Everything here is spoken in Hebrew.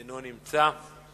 אינו נמצא,